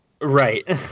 Right